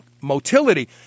motility